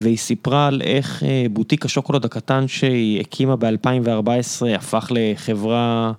והיא סיפרה על איך בוטיק השוקולד הקטן שהיא הקימה ב-2014 הפך לחברה.